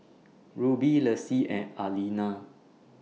Ruby Lacie and Aleena